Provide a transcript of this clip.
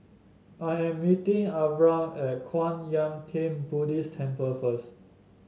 I am meeting Abram at Kwan Yam Theng Buddhist Temple first